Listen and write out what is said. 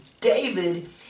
David